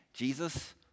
Jesus